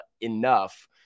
enough